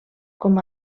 com